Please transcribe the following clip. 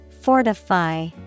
Fortify